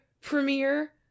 premiere